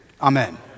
Amen